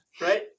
right